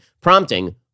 prompting